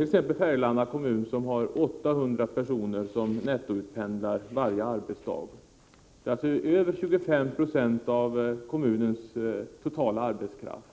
exempelvis Färgelanda kommun har 800 personer som nettoutpendlar varje arbetsdag — alltså över 25 96 av kommunens totala arbetskraft.